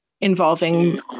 involving